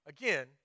Again